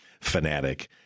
fanatic